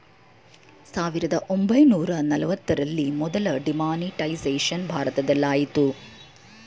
ಸಾವಿರದ ಒಂಬೈನೂರ ನಲವತ್ತರಲ್ಲಿ ಮೊದಲ ಡಿಮಾನಿಟೈಸೇಷನ್ ಭಾರತದಲಾಯಿತು